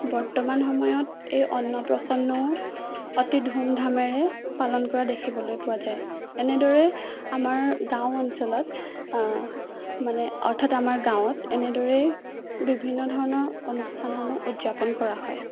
বৰ্তমান সময়ত এই অন্নপ্ৰসন্নও অতি ধুমধামেৰে পালন কৰা দেখিবলৈ পোৱা যায় এনেদৰে আমাৰ গাঁও অঞ্চলত মানে অৰ্থাৎ আমাৰ গাঁৱত এনেদৰেই বিভিন্ন ধৰণৰ অনুষ্ঠানসমূহ উদযাপন কৰা হয়